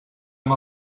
amb